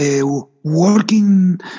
working